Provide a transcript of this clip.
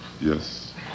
Yes